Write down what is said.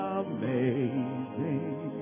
amazing